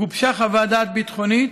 גובשה חוות דעת ביטחונית,